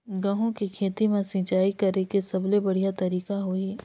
गंहू के खेती मां सिंचाई करेके सबले बढ़िया तरीका होही?